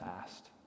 asked